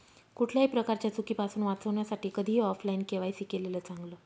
कुठल्याही प्रकारच्या चुकीपासुन वाचण्यासाठी कधीही ऑफलाइन के.वाय.सी केलेलं चांगल